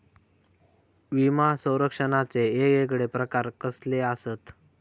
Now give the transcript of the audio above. विमा सौरक्षणाचे येगयेगळे प्रकार कसले आसत?